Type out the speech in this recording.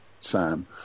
Sam